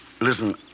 Listen